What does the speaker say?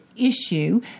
issue